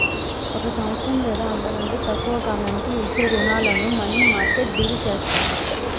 ఒక సంవత్సరం లేదా అంతకంటే తక్కువ కాలానికి ఇచ్చే రుణాలను మనీమార్కెట్ డీల్ చేత్తది